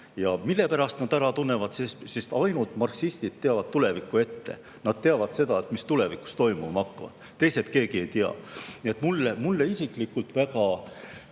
Ja mille pärast nad ära tunnevad? Ainult marksistid teavad tulevikku ette, nad teavad seda, mis tulevikus toimuma hakkab. Teised keegi ei tea. Mulle isiklikult väga